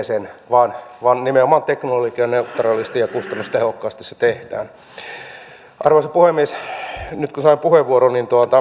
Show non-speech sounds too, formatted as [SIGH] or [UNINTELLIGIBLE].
[UNINTELLIGIBLE] sen vaan vaan nimenomaan teknologianeutraalisti ja kustannustehokkaasti se tehdään arvoisa puhemies nyt kun sain puheenvuoron